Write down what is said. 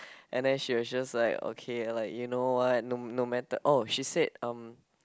and then she was just like okay like you know what no no matter oh she said um